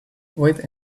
wait